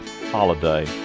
holiday